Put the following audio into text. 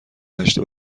هشت